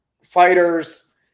fighters